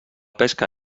pesca